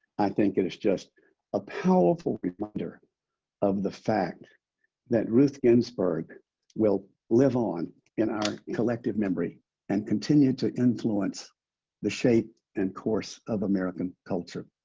i think it is just a powerful reminder of the fact that ruth ginsburg will live on in our collective memory and continue to influence the shape and course of american culture.